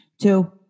Two